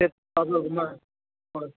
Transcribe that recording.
step ꯍꯣꯏ